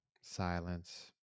silence